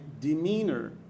demeanor